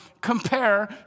compare